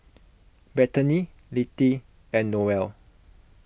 Bethany Littie and Noelle